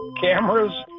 Cameras